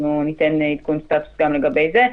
אנחנו ניתן עדכון סטטוס גם לגבי זה.